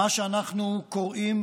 מה שאנחנו קוראים